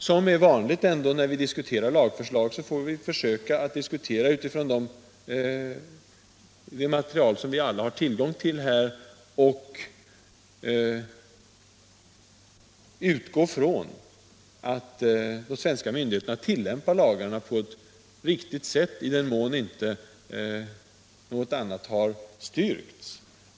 Som det är vanligt när vi diskuterar lagförslag får vi försöka att diskutera utifrån det material som vi alla har tillgång till och utgår från att de svenska myndigheterna tillämpar lagarna på ett riktigt sätt i den mån inte något annat har styrkts.